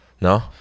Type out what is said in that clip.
No